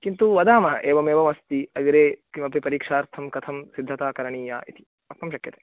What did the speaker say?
किन्तु वदामः एवमेवमस्ति अग्रे किमपि परीक्षार्थं कथं सिद्धता करणीया इति वक्तुं शक्यते